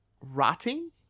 rotting